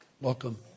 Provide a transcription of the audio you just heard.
Welcome